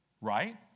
right